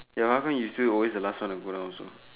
ya how come you still always the last one to go down also